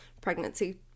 pregnancy